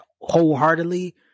wholeheartedly